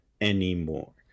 anymore